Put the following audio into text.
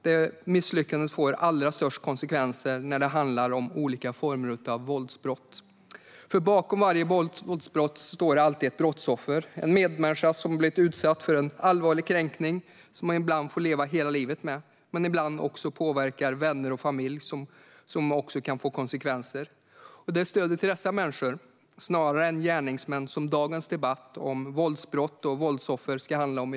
Det misslyckandet får allra störst konsekvenser när det handlar om olika former av våldsbrott. Bakom varje våldsbrott står alltid ett brottsoffer. En medmänniska har blivit utsatt för en allvarlig kränkning, som denne ibland får leva hela livet med och som ibland också påverkar vänner och familj - vilket också kan få konsekvenser. Det är stödet till dessa människor snarare än till gärningsmännen som dagens debatt om våldsbrott och våldsoffer ska handla om.